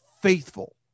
faithful